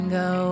go